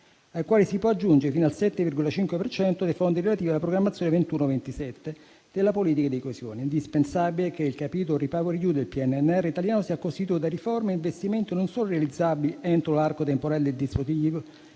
ai quali si può aggiungere fino al 7,5 per cento dei fondi relativi alla programmazione 2021-2027 della politica di coesione. È indispensabile che il capitolo REPowerEU del PNRR italiano sia costituito da riforme e investimenti non solo realizzabili entro l'arco temporale del dispositivo